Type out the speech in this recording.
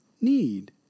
need